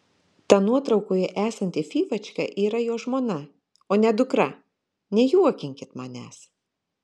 ta nuotraukoje esanti fyfačka yra jo žmona o ne dukra nejuokinkit manęs